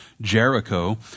Jericho